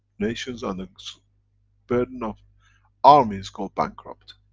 nations under burden of armies go bankrupt.